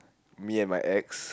me and my ex